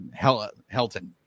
Helton